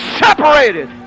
separated